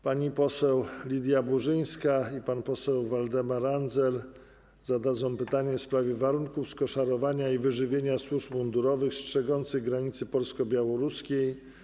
Pani poseł Lidia Burzyńska i pan poseł Waldemar Andzel zadadzą pytanie w sprawie warunków skoszarowania i wyżywienia służb mundurowych strzegących granicy polsko-białoruskiej.